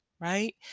right